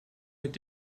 mit